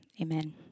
Amen